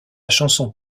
chanson